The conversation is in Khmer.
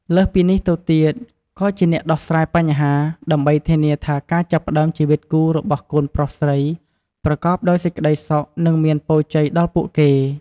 លើសពីនេះទៀត ក៏ជាអ្នកដោះស្រាយបញ្ហា ដើម្បីធានាថាការចាប់ផ្តើមជីវិតគូរបស់កូនប្រុសស្រីប្រកបដោយសេចក្តីសុខ និងមានពរជ័យដល់ពួកគេ។